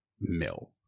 mill